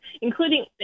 including